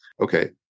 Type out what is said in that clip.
Okay